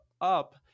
up